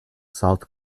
south